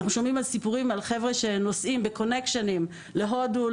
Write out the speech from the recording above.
אנחנו שומעים סיפורים על חבר'ה שנוסעים בקונקשנים להודו.